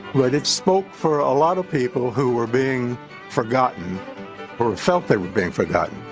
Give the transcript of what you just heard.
but it spoke for a lot of people who were being forgotten or felt they were being forgotten.